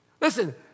Listen